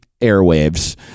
airwaves